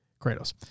Kratos